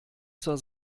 zur